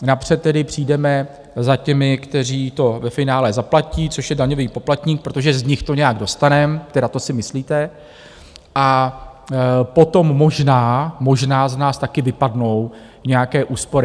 Napřed tedy přijdeme za těmi, kteří to ve finále zaplatí, což je daňový poplatník, protože z nich to nějak dostaneme, tedy to si myslíte, a potom možná, možná z nás také vypadnou nějaké úspory.